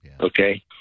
Okay